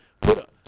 Put